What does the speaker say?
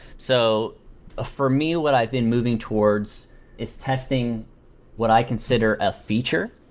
so ah for me, what i've been moving towards is testing what i consider a feature.